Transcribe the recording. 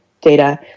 data